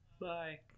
Bye